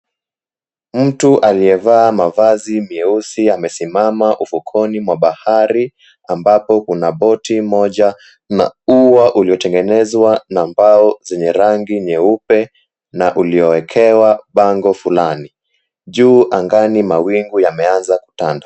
Mtu aliyevaa mavazi meusi amesimama ufukoni mwa bahari ambapo kuna boti moja na ua uliotengenezwa na mbao zenye rangi nyeupe na uliowekewa bango fulani. Juu angani mawingu yameanza kutanda.